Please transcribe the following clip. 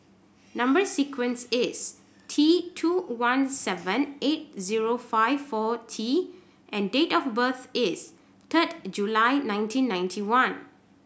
number sequence is T two one seven eight zero five four T and date of birth is third July nineteen ninety one